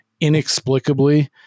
inexplicably